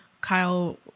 Kyle